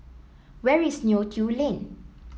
where is Neo Tiew Lane